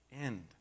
end